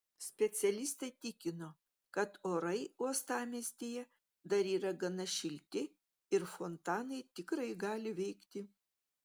specialistai tikino kad orai uostamiestyje dar yra gana šilti ir fontanai tikrai gali veikti